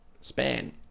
span